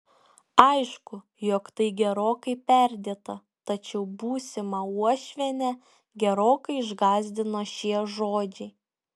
aišku jog tai gerokai perdėta tačiau būsimą uošvienę gerokai išgąsdino šie žodžiai